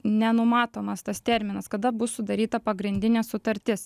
nenumatomas tas terminas kada bus sudaryta pagrindinė sutartis